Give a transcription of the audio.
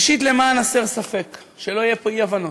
ראשית, למען הסר ספק, שלא יהיו כאן אי-הבנות,